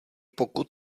pokud